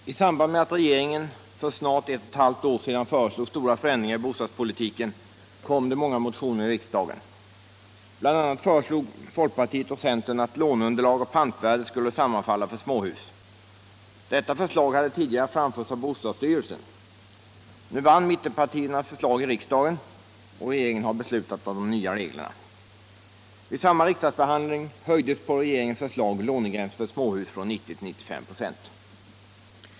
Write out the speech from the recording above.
Herr talman! I samband med att regeringen för snart ett och ett halvt år sedan föreslog stora förändringar i bostadspolitiken väcktes många motioner i riksdagen. BI. a. föreslog folkpartiet och centern att låneunderlag och pantvärde skulle sammanfalla för småhus. Detta förslag hade tidigare framförts av bostadsstyrelsen. Nu vann mittenpartiernas förslag i riksdagen, och regeringen har beslutat om de nya reglerna. Vid samma riksdagsbehandling höjdes på regeringens förslag lånegränsen för småhus från 90 till 95 ”..